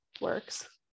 works